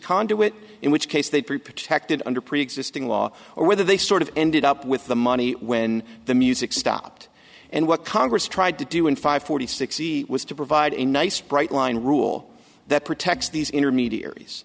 conduit in which case they prepare checked it under preexisting law or whether they sort of ended up with the money when the music stopped and what congress tried to do in five hundred sixty was to provide a nice bright line rule that protects these intermediaries